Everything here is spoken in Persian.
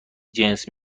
جنس